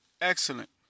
Excellent